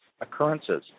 occurrences